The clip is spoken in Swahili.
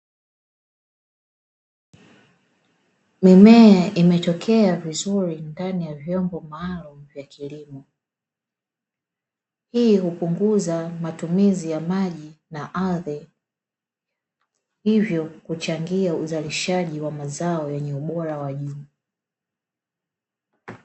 Mimea imetokea vizuri ndani ya vyombo maalumu vya kilimo. Hii hupunguza matumizi ya maji na ardhi, hivyo kuchangia uzalishaji wa mazao yenye ubora wa juu.